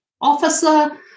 officer